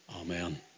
Amen